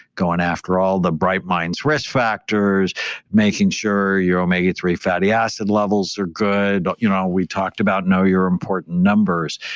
going after all the bright minds risk factors making sure your omega three fatty acid levels are good you know we talked about know your important numbers.